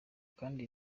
kandi